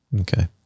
okay